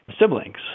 siblings